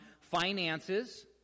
finances